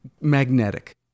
magnetic